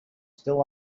still